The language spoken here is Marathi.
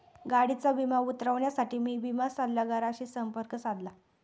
गाडीचा विमा उतरवण्यासाठी मी विमा सल्लागाराशी संपर्क साधला